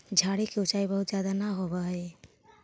झाड़ि के ऊँचाई बहुत ज्यादा न होवऽ हई